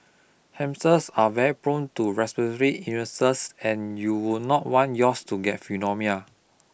hamsters are very prone to respiratory illnesses and you would not want yours to get pneumonia